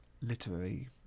literary